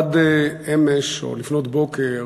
אחד, אמש, או לפנות בוקר,